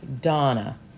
Donna